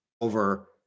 over